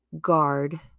guard